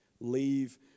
Leave